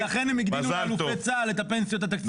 לכן הם הגדילו לאלופי צה"ל את הפנסיות התקציביות.